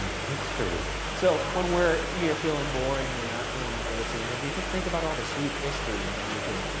history. so when we're, you're feeling bored and you're not feeling the ghostly energy, just think about all the sweet history, and then you could.